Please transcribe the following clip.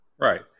Right